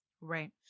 Right